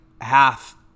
half-